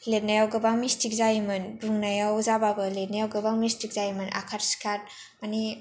लिरनायाव गोबां मिस्टेक जायोमोन बुंनायाव जाब्लाबो लिरनायाव गोबां मिस्टेक जायोमोन आखार सिखार मानि